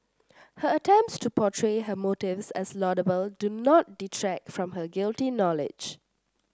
her attempts to portray her motives as laudable do not detract from her guilty knowledge